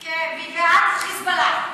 כן, היא בעד חיזבאללה.